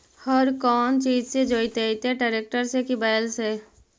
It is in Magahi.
हर कौन चीज से जोतइयै टरेकटर से कि बैल से?